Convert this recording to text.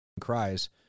cries